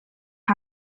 审查